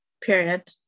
Period